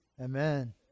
Amen